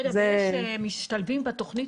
אחרי שמשתלבים בתכנית